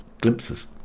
glimpses